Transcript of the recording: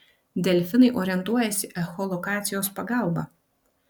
delfinai orientuojasi echolokacijos pagalba